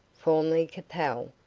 formerly capel,